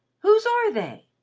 whose are they?